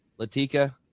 Latika